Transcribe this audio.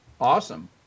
Awesome